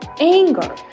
anger